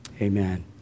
amen